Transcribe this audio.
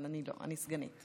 אבל אני לא, אני סגנית.